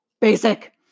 Basic